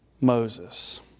Moses